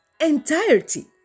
entirety